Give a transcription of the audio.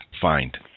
find